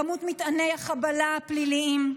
כמות מטעני החבלה הפליליים.